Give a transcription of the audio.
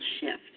shift